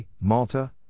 Malta